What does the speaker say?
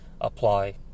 apply